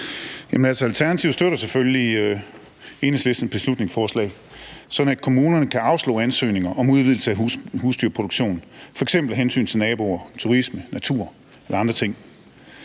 Alternativet støtter selvfølgelig Enhedslistens beslutningsforslag, sådan at kommunerne kan afslå ansøgninger om udvidelse af husdyrproduktion, f.eks. af hensyn til naboer, turisme, natur eller andre ting.